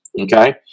Okay